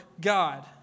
God